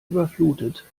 überflutet